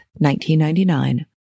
1999